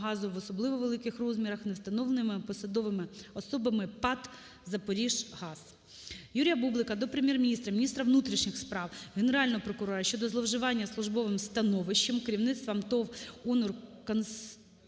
газу в особливо великих розмірах невстановленими посадовими особами ПАТ «Запоріжгаз». Юрія Бублика до Прем'єр-міністра, міністра внутрішніх справ, Генерального прокурора щодо зловживання службовим становищем керівництвом ТОВ "Онур